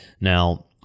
Now